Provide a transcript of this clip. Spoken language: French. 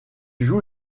joue